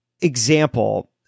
example